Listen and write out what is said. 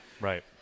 right